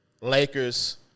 Lakers